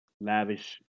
lavish